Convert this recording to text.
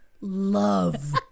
love